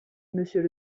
monsieur